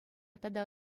тата